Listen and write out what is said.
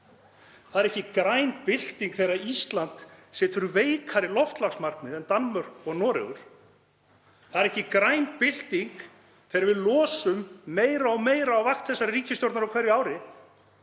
Það er ekki græn bylting þegar Ísland setur veikari loftslagsmarkmið en Danmörk og Noregur. Það er ekki græn bylting þegar við losum meira og meira á vakt þessarar ríkisstjórnar á hverju ári.